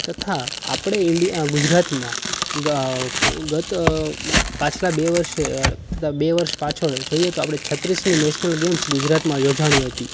તથા આપણે ગુજરાતમાં ગત પાછલા બે વર્ષે તથા બે વર્ષ પાછળ જોઈએ તો આપણે છત્રીસમી નેશનલ ગેમ્સ ગુજરાતમાં યોજાઈ હતી